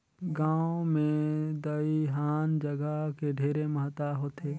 गांव मे दइहान जघा के ढेरे महत्ता होथे